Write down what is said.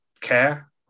care